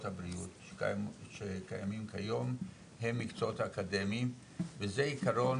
הבריאות שקיימים כיום הם מקצועות אקדמיים וזה עקרון